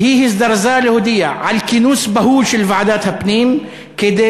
היא הזדרזה להודיע על כינוס בהול של ועדת הפנים כדי